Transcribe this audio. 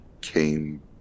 came